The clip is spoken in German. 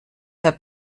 herr